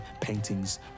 paintings